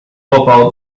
about